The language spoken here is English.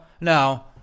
No